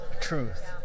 truth